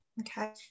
Okay